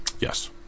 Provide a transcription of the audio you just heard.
Yes